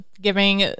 giving